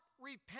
repent